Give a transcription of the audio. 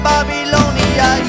Babylonia